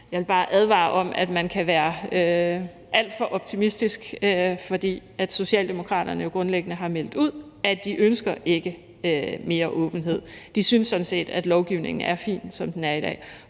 Jeg vil bare advare om, at man kan være alt for optimistisk, fordi Socialdemokraterne jo grundlæggende har meldt ud, at de ikke ønsker mere åbenhed; de synes sådan set, at lovgivningen er fin, som den er i dag.